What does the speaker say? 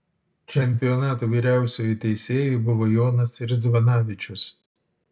čempionato vyriausiuoju teisėju buvo jonas ridzvanavičius